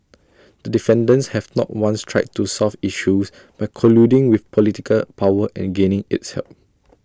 the defendants have not once tried to solve issues by colluding with political power and gaining its help